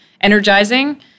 energizing